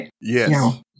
Yes